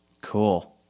Cool